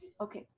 okay,